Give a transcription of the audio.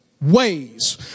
ways